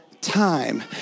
time